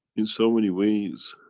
in so many ways